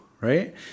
right